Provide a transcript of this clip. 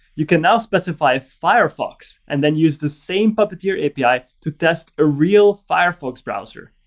you can now specify firefox and then use the same puppeteer api to test a real firefox browser.